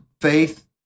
faith